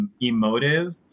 emotive